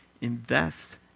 invest